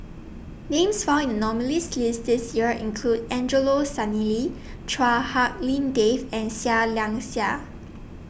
Names found in nominees' list This Year include Angelo Sanelli Chua Hak Lien Dave and Seah Liang Seah